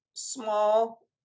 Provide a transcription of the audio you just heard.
Small